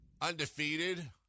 undefeated